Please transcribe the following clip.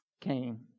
came